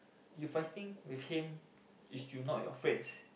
you fighting with him if you not your friends